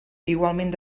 igualment